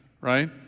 right